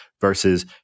versus